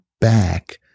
back